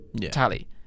tally